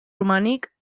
romànic